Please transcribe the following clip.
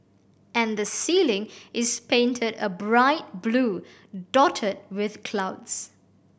and the ceiling is painted a bright blue dotted with clouds